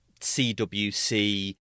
CWC